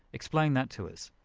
explain that to us.